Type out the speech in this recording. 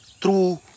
True